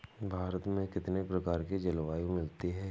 भारत में कितनी प्रकार की जलवायु मिलती है?